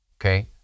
okay